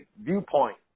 viewpoint